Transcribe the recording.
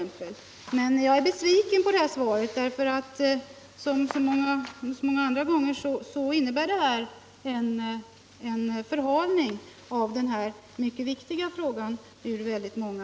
Men jag är besviken på svaret, för som så många andra gånger innebär detta en förhalning av denna ur många aspekter mycket viktiga fråga.